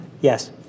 Yes